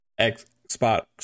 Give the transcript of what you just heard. Xbox